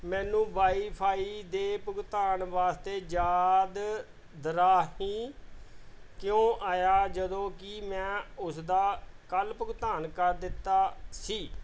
ਮੈਨੂੰ ਵਾਈਫ਼ਾਈ ਦੇ ਭੁਗਤਾਨ ਵਾਸਤੇ ਯਾਦ ਦਹਾਨੀ ਕਿਉਂ ਆਇਆ ਜਦੋਂ ਕਿ ਮੈਂ ਉਸਦਾ ਕੱਲ੍ਹ ਭੁਗਤਾਨ ਕਰ ਦਿੱਤਾ ਸੀ